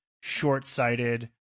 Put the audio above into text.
short-sighted